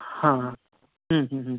हां हां